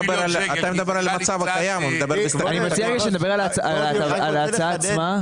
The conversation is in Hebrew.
אני מציע שנדבר על ההצעה עצמה.